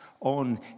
on